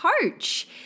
coach